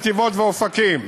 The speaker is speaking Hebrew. בנתיבות ובאופקים?